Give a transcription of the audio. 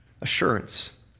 Assurance